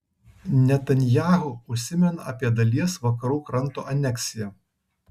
netanyahu užsimena apie dalies vakarų kranto aneksiją